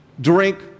drink